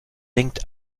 denkt